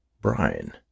Brian